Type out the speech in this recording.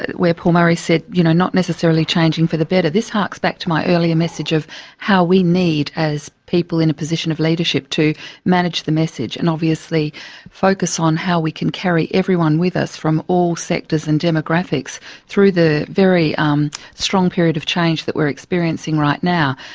ah where paul murray said, you know, not necessarily changing for the better. this harks back to my earlier message of how we need, as people in a position of leadership, to manage the message and obviously focus on how we can carry everyone with us from all sectors and demographics through the very um strong period of change that we're experiencing right now.